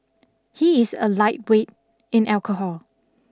he is a lightweight in alcohol